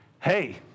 hey